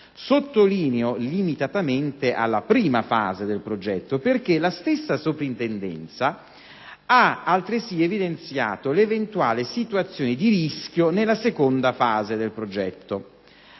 Sottolineo «limitatamente alla prima fase del progetto», perché la stessa Soprintendenza ha evidenziato l'eventuale situazione di rischio nella seconda fase del progetto.